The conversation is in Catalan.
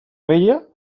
vella